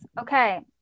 okay